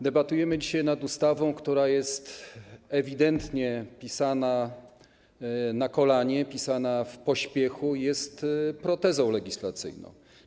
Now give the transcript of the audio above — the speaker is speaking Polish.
Debatujemy dzisiaj nad ustawą, która jest ewidentnie pisana na kolanie, pisana w pośpiechu i jest protezą legislacyjną.